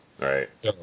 right